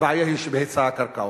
הבעיה בהיצע הקרקעות.